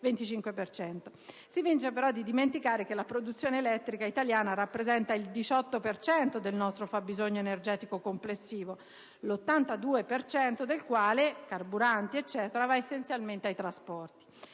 si finge di dimenticare che la produzione elettrica italiana rappresenta il 18 per cento del nostro fabbisogno energetico complessivo, l'82 per cento del quale (carburanti e così via) va essenzialmente ai trasporti.